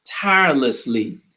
tirelessly